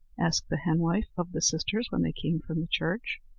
asked the henwife of the sisters when they came from the church.